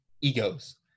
egos